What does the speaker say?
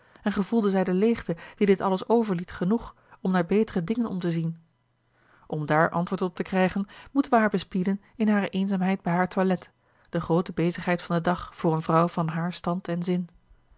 en gevoelde zij de leegte die dit alles overliet genoeg om naar betere dingen om te zien om daar antwoord op te krijgen moeten wij haar bespieden in hare eenzaamheid bij haar toilet de groote bezigheid van den dag voor eene vrouw van haar stand en zin